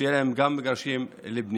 שגם להם יהיו מגרשים לבנייה.